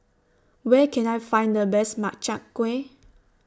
Where Can I Find The Best Makchang Gui